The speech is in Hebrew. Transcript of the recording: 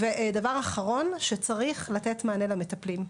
ודבר אחרון, צריך לתת מענה למטפלים,